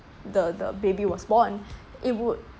the the baby was born it would